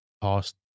past